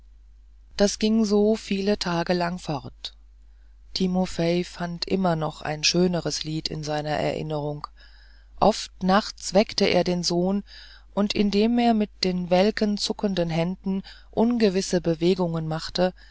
das ging so viele tage lang fort timofei fand immer noch ein schöneres lied in seiner erinnerung oft nachts weckte er den sohn und indem er mit den welken zuckenden händen ungewisse bewegungen machte